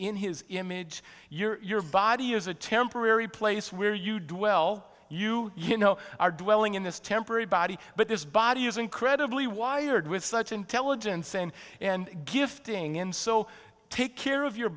in his image your body is a temporary place where you dwell you you know are dwelling in this temporary body but this body is incredibly wired with such intelligence in and gifting in so take care of your